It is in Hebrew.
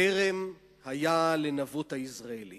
"כרם היה לנבות היזרעאלי